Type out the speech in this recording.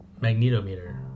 magnetometer